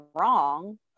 wrong